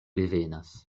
revenas